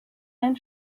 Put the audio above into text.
ein